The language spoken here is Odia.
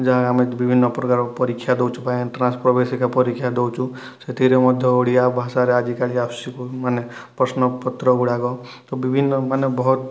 ଯାହା ଆମେ ବିଭିନ୍ନ ପ୍ରକାର ପରିକ୍ଷା ଦେଉଛୁ ବା ଏଣ୍ଟ୍ରାନ୍ସ ପ୍ରବେଶିକା ପରିକ୍ଷା ଦୋଉଚୁ ସେଥିରେ ମଧ୍ୟ ଓଡ଼ିଆ ଭାଷାରେ ଆଜିକାଲି ଆସୁଛି ବହୁତ ମାନେ ପ୍ରଶ୍ନ ପତ୍ରଗୁଡ଼ାକ ତ ବିଭିନ୍ନ ମାନେ ବହୁତ